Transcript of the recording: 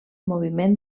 moviment